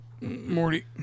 Morty